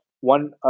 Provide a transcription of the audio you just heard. one